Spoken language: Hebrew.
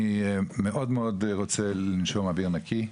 אני מאוד מאוד רוצה לנשום אוויר נקי.